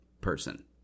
person